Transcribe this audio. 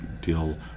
deal